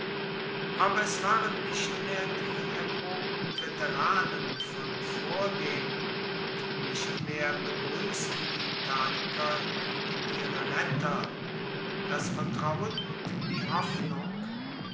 aber es waren nicht mehr die erprobten veteranen von vordem und nicht mehr begruessten die italiker in ihnen ihre retter das vertrauen und die hoffnung